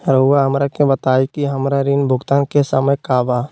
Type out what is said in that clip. रहुआ हमरा के बताइं कि हमरा ऋण भुगतान के समय का बा?